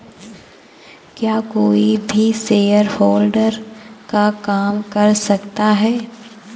क्या कोई भी शेयरहोल्डर का काम कर सकता है?